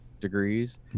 degrees